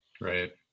right